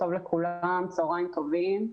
צוהריים טובים לכולם.